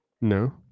No